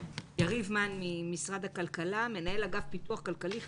המחסום והחסם העיקרי למה שקורה בנגב בבניית כיתות לימוד והרחבת